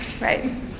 Right